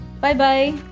Bye-bye